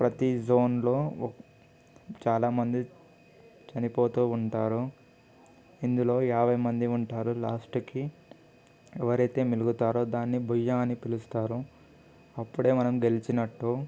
ప్రతి జోన్లో చాలామంది చనిపోతూ ఉంటారు ఇందులో యాభై మంది ఉంటారు లాస్ట్కి ఎవరైతే మిలుగుతారో దాన్ని బొయ్య అని పిలుస్తారు అప్పుడే మనం గెలిచినట్టు